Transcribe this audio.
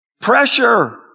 Pressure